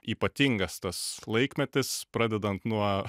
ypatingas tas laikmetis pradedant nuo